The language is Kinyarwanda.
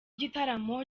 gitaramo